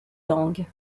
langues